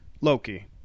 Loki